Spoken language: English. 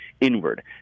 inward